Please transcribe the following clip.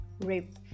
rape